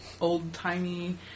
old-timey